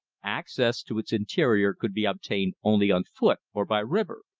access to its interior could be obtained only on foot or by river.